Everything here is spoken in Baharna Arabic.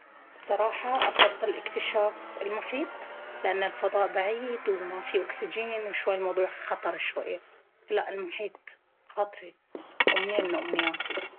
الصراحة أفضل إكتشاف المحيط لأن الفضاء بعيد وما فيه أكسجين وشوي الموضوع خطر شوي… لا المحيط، خاطري… أمنية من أمنياتي.